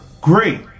great